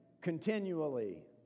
continually